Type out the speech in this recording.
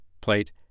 plate